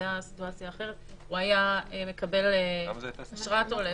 זה היה מצב אחר - היה מקבל אשרת עולה.